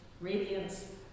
radiance